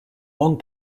long